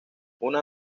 una